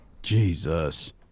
Jesus